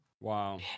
Wow